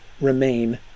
remain